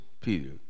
Peter